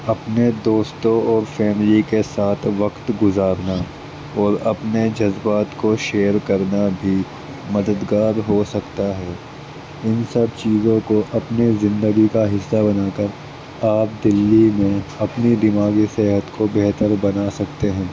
اپنے دوستوں اور فیملی کے ساتھ وقت گزارنا اور اپنے جذبات کو شیئر کرنا بھی مددگار ہو سکتا ہے ان سب چیزوں کو اپنے زندگی کا حصہ بنا کر آپ دلّی میں اپنی دماغی صحت کو بہتر بنا سکتے ہیں